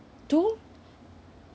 two